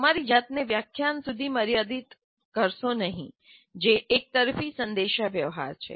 તમારી જાતને વ્યાખ્યાન સુધી મર્યાદિત કરશો નહીં જે એક તરફી સંદેશાવ્યવહાર છે